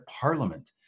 Parliament